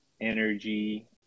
energy